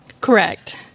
Correct